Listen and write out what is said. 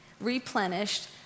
replenished